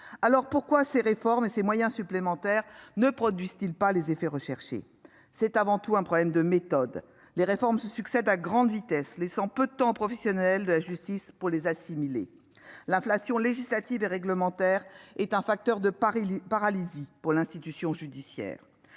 Pourquoi ces réformes et ces moyens supplémentaires ne produisent-ils pas les effets recherchés ? C'est avant tout un problème de méthode : les réformes se succèdent à grande vitesse, ce qui laisse peu de temps aux professionnels de la justice pour les assimiler. L'inflation législative et réglementaire est un facteur de paralysie de l'institution judiciaire.